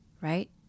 right